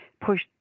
push